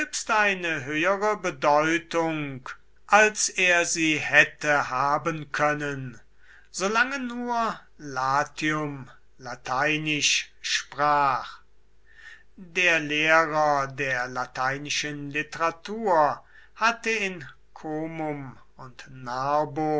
eine höhere bedeutung als er sie hatte haben können solange nur latium lateinisch sprach der lehrer der lateinischen literatur hatte in comum und narbo